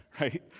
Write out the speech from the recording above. Right